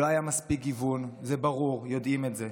לא היה מספיק גיוון, זה ברור, יודעים את זה.